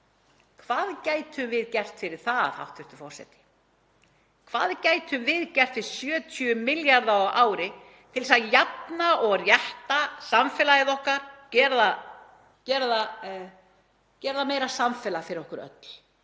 hvað gætum við gert fyrir það, hæstv. forseti? Hvað gætum við gert við 70 milljarða á ári til þess að jafna og rétta samfélagið okkar, gera það meira samfélag fyrir okkur öll,